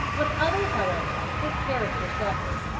with others however, his character suffered.